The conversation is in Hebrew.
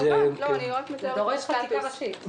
זה דורש חקיקה ראשית.